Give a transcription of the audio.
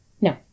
No